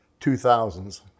2000s